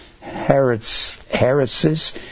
Heresies